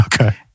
Okay